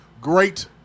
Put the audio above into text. great